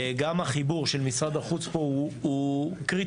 גם החיבור של משרד החוץ פה הוא קריטי